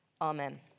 Amen